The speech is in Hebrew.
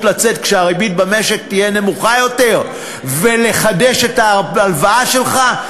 לצאת כשהריבית במשק תהיה נמוכה יותר ולחדש את ההלוואה שלך?